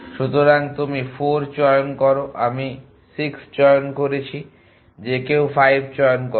সুতরাং তুমি 4 চয়ন করো আমি 6 চয়ন করেছি যে কেউ 5 চয়ন করো